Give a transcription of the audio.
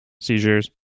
seizures